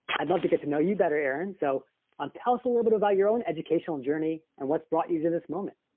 i'd love to get to know you better, erin. so tell us a little bit about your own educational journey, and what's brought you to this moment.